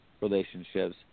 relationships